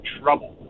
trouble